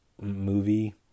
movie